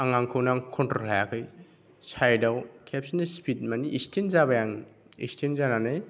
आं आंखौनो कन्ट्रल हायाखै साइडआव खेबसेनो स्पिड माने एक्सिडेन्ट जाबाय आं एक्सिडेन्ट जानानै